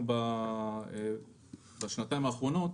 בשנתיים האחרונות